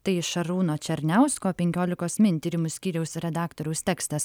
tai šarūno černiausko penkiolikos min tyrimų skyriaus redaktoriaus tekstas